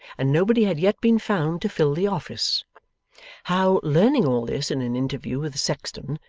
and nobody had yet been found to fill the office how, learning all this in an interview with the sexton,